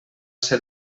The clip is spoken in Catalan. ser